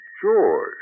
Sure